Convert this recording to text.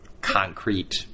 concrete